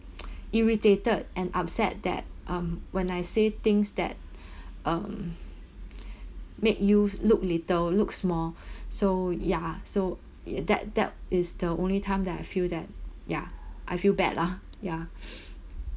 irritated and upset that um when I say things that um make you look little look small so ya so that that is the only time that I feel that ya I feel bad lah ya